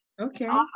Okay